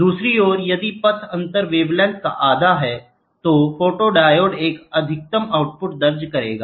दूसरी ओर यदि पथ अंतर वेवलेंथ का आधा है तो फोटोडिओडे एक अधिकतम आउटपुट दर्ज करेगा